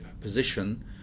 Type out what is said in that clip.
position